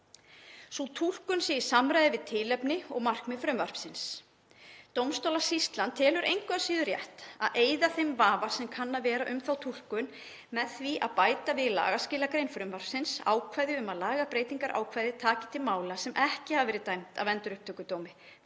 Sú túlkun sé í samræmi við tilefni og markmið frumvarpsins. Dómstólasýslan telur engu að síður rétt að eyða þeim vafa sem kann að vera um þá túlkun með því að bæta við lagaskilagrein frumvarpsins ákvæði um að lagabreytingarákvæðið taki til mála sem ekki hafa verið dæmd af Endurupptökudómi,